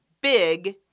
big